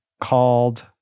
called